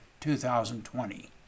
2020